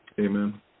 Amen